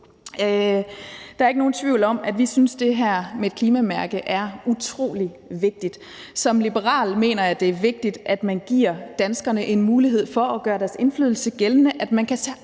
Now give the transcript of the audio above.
Der er ikke nogen tvivl om, at vi synes, at det her med klimamærket er utrolig vigtigt. Som liberal mener jeg, det er vigtigt, at man giver danskerne en mulighed for at gøre deres indflydelse gældende, at man kan tage